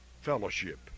fellowship